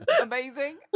amazing